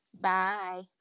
Bye